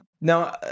Now